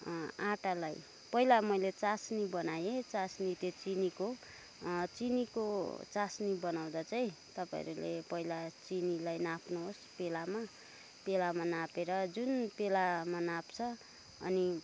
आँटालाई पहिला मैले चास्नी बनाएँ चास्नी त्यो चिनीको चिनीको चास्नी बनाउँदा चाहिँ तपाईँहरूले पहिला चिनीलाई नाप्नुहोस् प्यालामा प्यालामा नापेर जन प्यालामा नाप्छ अनि